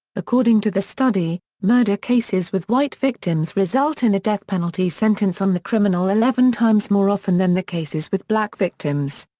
according to the study, murder cases with white victims result in a death penalty sentence on the criminal eleven times more often than the cases with black victims.